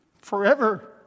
forever